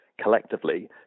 collectively